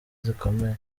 zikomeye